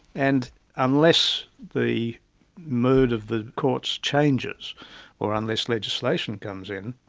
and unless the mood of the courts changes or unless legislation comes in,